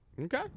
Okay